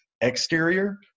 exterior